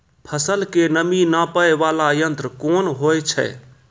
फसल के नमी नापैय वाला यंत्र कोन होय छै